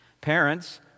Parents